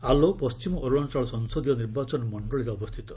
ଆଲୋ ପଣ୍ଟିମ ଅର୍ଭଶାଚଳ ସଂସଦୀୟ ନିର୍ବାଚନ ମଣ୍ଡଳୀରେ ଅବସ୍ଥିତ